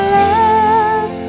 love